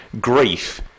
grief